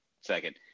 second